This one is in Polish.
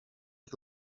ich